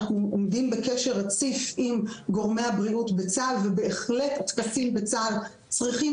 אנחנו עובדים בקשר רציף עם גורמי הבריאות בצה"ל ובהחלט טקסים בצה"ל צריכים